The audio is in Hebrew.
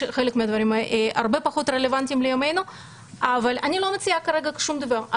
חלק מהדברים הרבה פחות רלוונטיים לימינו אבל אני לא מציעה כרגע שום דבר.